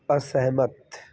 ਅਸਹਿਮਤ